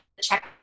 check